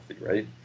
right